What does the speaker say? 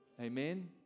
Amen